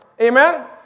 Amen